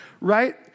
right